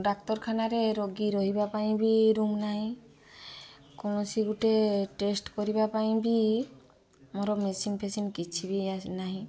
ଡାକ୍ତରଖାନାରେ ରୋଗୀ ରହିବା ପାଇଁ ବି ରୁମ୍ ନାହିଁ କୌଣସି ଗୁଟେ ଟେଷ୍ଟ କରିବା ପାଇଁ ବି ମୋର ମେସିନ୍ ଫେସିନ୍ କିଛି ବି ନାହିଁ